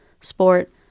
sport